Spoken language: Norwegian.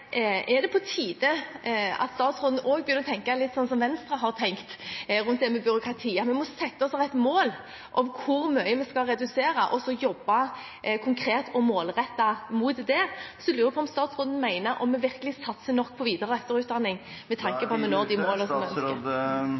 det på tide at han begynner å tenke litt som Venstre har tenkt rundt dette med byråkratiet, at vi må sette oss et mål om hvor mye vi skal redusere, og så jobbe konkret og målrettet mot det? Så lurer jeg på om statsråden mener at vi virkelig satser nok på videre- og etterutdanning, med tanke på å nå de målene som